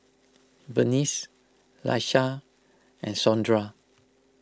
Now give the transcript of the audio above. Venice Laisha and Sondra